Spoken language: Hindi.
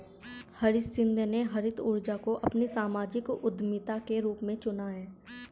हरीश शिंदे ने हरित ऊर्जा को अपनी सामाजिक उद्यमिता के रूप में चुना है